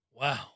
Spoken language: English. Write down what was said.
Wow